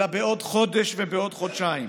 אלא בעוד חודש ובעוד חודשיים.